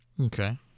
Okay